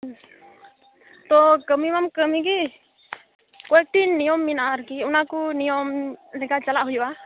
ᱛᱚ ᱠᱟᱹᱢᱤ ᱢᱟᱢ ᱠᱟᱹᱢᱤ ᱜᱮ ᱠᱚᱭᱮᱠᱴᱤ ᱱᱤᱭᱚᱢ ᱢᱮᱱᱟᱜᱼᱟ ᱟᱨᱠᱤ ᱚᱱᱟ ᱠᱚ ᱱᱤᱭᱚᱢ ᱞᱮᱠᱟ ᱪᱟᱞᱟᱜ ᱦᱩᱭᱩᱜᱼᱟ